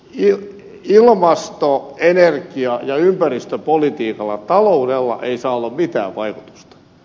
ilmasto energia ja ympäristöpolitiikkaan taloudella ei saa olla mitään vaikutusta